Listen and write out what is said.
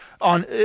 on